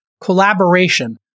collaboration